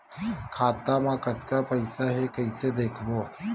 खाता मा कतका पईसा हे कइसे देखबो?